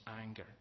anger